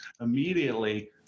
Immediately